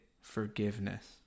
forgiveness